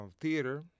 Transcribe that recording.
theater